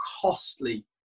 costly